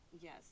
yes